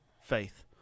faith